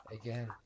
again